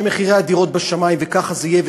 שמחירי הדיור וככה זה יהיה,